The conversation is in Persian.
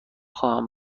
خواهم